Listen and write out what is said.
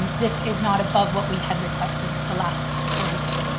this is not above what we had requested the last four years.